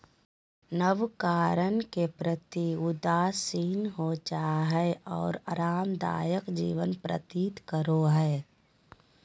नवकरण के प्रति उदासीन हो जाय हइ और आरामदायक जीवन व्यतीत करो हइ